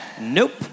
Nope